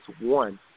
one